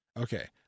Okay